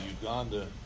Uganda